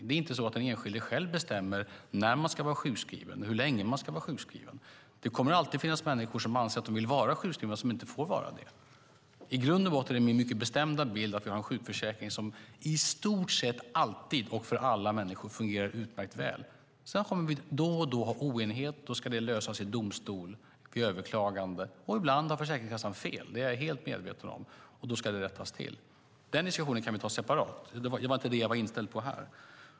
Det är inte så att den enskilde själv bestämmer när och hur länge man ska vara sjukskriven. Det kommer alltid att finnas människor som anser att de ska vara sjukskrivna som inte får vara det. I grund och botten är min mycket bestämda bild att vi har en sjukförsäkring som i stort sett alltid och för alla människor fungerar utmärkt väl. Sedan kommer vi då och då att ha oenighet. Det ska lösas i domstol vid överklagande. Ibland har Försäkringskassan fel. Det är jag helt medveten om, och då ska det rättas till. Den diskussionen kan vi ta separat. Det var inte det jag var inställd på här.